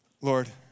Lord